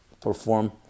perform